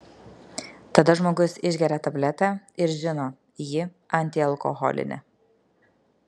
tada žmogus išgeria tabletę ir žino ji antialkoholinė